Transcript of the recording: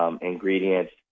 Ingredients